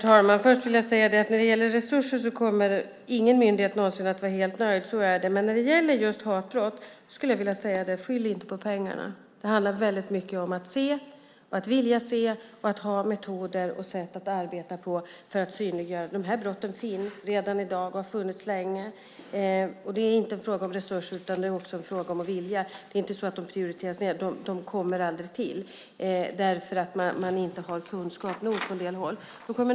Herr talman! När det gäller resurser kommer ingen myndighet någonsin att vara helt nöjd. Vad gäller just hatbrott vill jag säga: Skyll inte på pengarna! Det handlar mycket om att vilja se och att ha metoder och arbetssätt för att synliggöra dessa brott. Dessa brott finns redan och har funnits länge. Det är inte en fråga om resurser utan om vilja. Dessa brott prioriteras inte ned; de kommer aldrig till eftersom man inte har tillräcklig kunskap på en del håll.